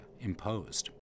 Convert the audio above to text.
imposed